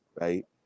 right